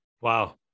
Wow